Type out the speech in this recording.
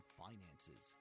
finances